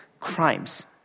crimes